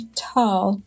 tall